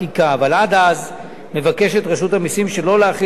אבל עד אז מבקשת רשות המסים שלא להחיל את כללי